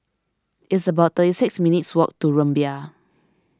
it's about thirty six minutes' walk to Rumbia